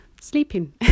sleeping